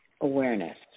awareness